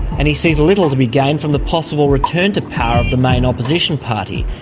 and he sees little to be gained from the possible return to power of the main opposition party,